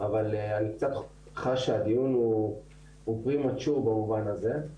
אבל אני קצת חש שהדיון הוא pre mature במובן הזה.